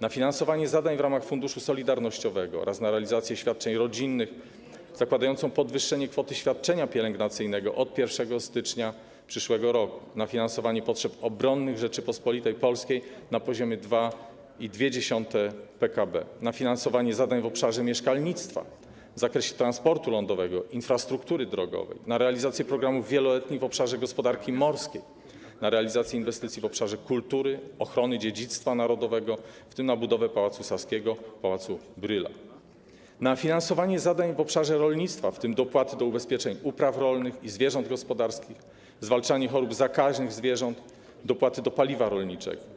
na finansowanie zadań w ramach Funduszu Solidarnościowego oraz na realizację świadczeń rodzinnych zakładającą podwyższenie kwoty świadczenia pielęgnacyjnego od 1 stycznia przyszłego roku; na finansowanie potrzeb obronnych Rzeczypospolitej Polskiej na poziomie 2,2% PKB; na finansowanie zadań w obszarze mieszkalnictwa, w zakresie transportu lądowego: infrastruktury drogowej; na realizację programów wieloletnich w obszarze gospodarki morskiej; na realizację inwestycji w obszarze kultury i ochrony dziedzictwa narodowego, w tym na odbudowę Pałacu Saskiego i Pałacu Brühla; na finansowanie zadań w obszarze rolnictwa, w tym dopłaty do ubezpieczeń upraw rolnych i zwierząt gospodarskich, zwalczanie chorób zakaźnych zwierząt, dopłaty do paliwa rolniczego.